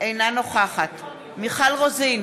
נגד מיכל רוזין,